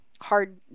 hard